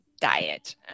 diet